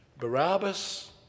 Barabbas